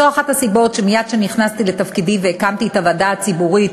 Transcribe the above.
זו אחת הסיבות שמייד כשנכנסתי לתפקידי והקמתי את הוועדה הציבורית